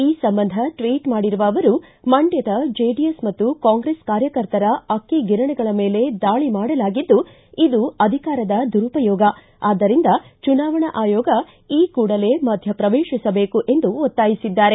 ಈ ಸಂಬಂಧ ಟ್ವೀಟ್ ಮಾಡಿರುವ ಅವರು ಮಂಡ್ಕದ ಜೆಡಿಎಸ್ ಮತ್ತು ಕಾಂಗ್ರೆಸ್ ಕಾರ್ಯಕರ್ತರ ಅಕ್ಕಿ ಗಿರಣಿಗಳ ಮೇಲೆ ದಾಳಿ ಮಾಡಲಾಗಿದ್ದು ಇದು ಅಧಿಕಾರದ ದುರುಪಯೋಗ ಆದ್ದರಿಂದ ಚುನಾವಣಾ ಆಯೋಗ ಈ ಕೂಡಲೇ ಮಧ್ಯ ಪ್ರವೇಶಿಸಬೇಕು ಎಂದು ಒತ್ತಾಯಿಸಿದ್ದಾರೆ